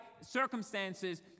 circumstances